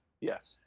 Yes